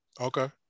Okay